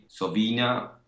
Sovina